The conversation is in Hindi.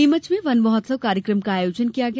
नीमच में वनमहोत्सव कार्यक्रम का आयोजन किया गया